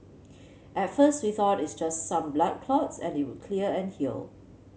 at first we thought it just some blood clots and it would clear and heal